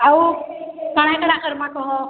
ଆଉ କାଣା କାଣା କରମା କହ